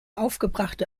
aufgebrachte